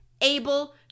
able